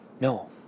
No